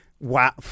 Wow